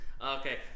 Okay